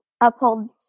uphold